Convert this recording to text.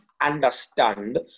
understand